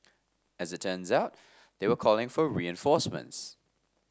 as it turns out they were calling for reinforcements